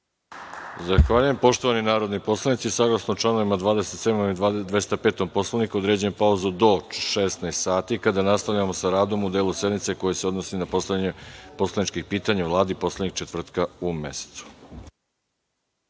Arsić** Poštovani narodni poslanici, saglasno članovima 27. i 205. Poslovnika, određujem pauzu do 16.00 časova, kada nastavljamo sa radom u delu sednice koji se odnosi na postavljanje poslaničkih pitanja Vladi poslednjeg četvrtka u mesecu.(Posle